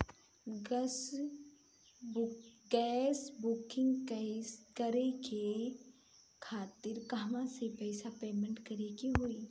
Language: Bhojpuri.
गॅस बूकिंग करे के खातिर कहवा से पैसा पेमेंट करे के होई?